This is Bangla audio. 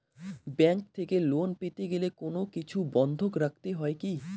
ব্যাংক থেকে লোন পেতে গেলে কোনো কিছু বন্ধক রাখতে হয় কি?